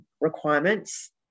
requirements